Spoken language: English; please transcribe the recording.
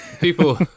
people